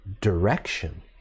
direction